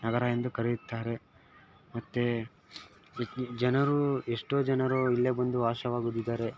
ನಗರ ಎಂದು ಕರೆಯುತ್ತಾರೆ ಮತ್ತೆ ಎ ಜನರು ಎಷ್ಟೋ ಜನರು ಇಲ್ಲೇ ಬಂದು ವಾಸವಾಗಿದ್ದಾರೆ